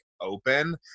open